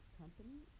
company